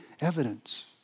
evidence